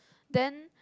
then